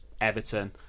Everton